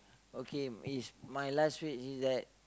okay is my last wish is that